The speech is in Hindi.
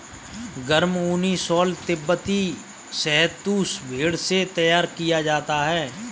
गर्म ऊनी शॉल तिब्बती शहतूश भेड़ से तैयार किया जाता है